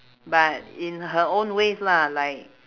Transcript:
but in her own ways lah like